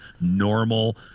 normal